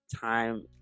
time